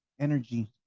energy